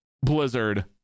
Blizzard